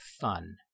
fun